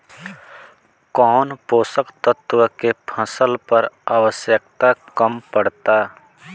कौन पोषक तत्व के फसल पर आवशयक्ता कम पड़ता?